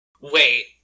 Wait